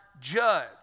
judge